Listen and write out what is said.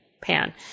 pan